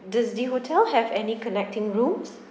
does the hotel have any connecting rooms